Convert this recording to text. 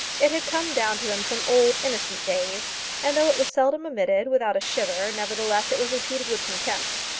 it had come down to him from old, innocent days and though it was seldom omitted, without a shiver, nevertheless it was repeated with contempt.